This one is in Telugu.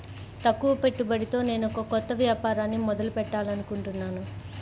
తక్కువ పెట్టుబడితో నేనొక కొత్త వ్యాపారాన్ని మొదలు పెట్టాలనుకుంటున్నాను